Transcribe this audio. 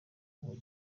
ubu